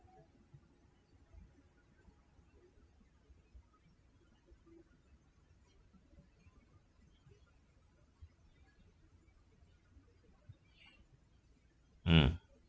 mm